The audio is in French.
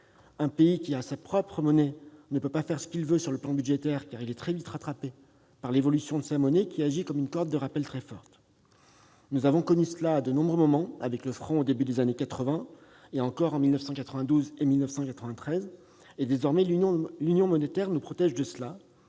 Un pays qui a sa propre monnaie ne peut pas faire ce qu'il veut sur le plan budgétaire, car il est très vite rattrapé par l'évolution de sa monnaie, laquelle agit comme une corde de rappel très forte. Nous avons connu cela à de nombreux moments, avec le franc au début des années 1980 et encore en 1992 et 1993. Désormais, l'union monétaire nous en protège, avec